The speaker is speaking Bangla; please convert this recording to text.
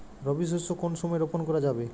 রবি শস্য কোন সময় রোপন করা যাবে?